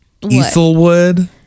Easelwood